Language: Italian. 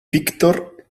viktor